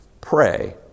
Pray